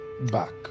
back